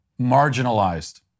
marginalized